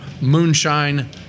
moonshine